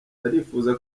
arifuza